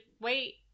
wait